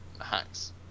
hacks